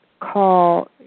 Call